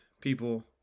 people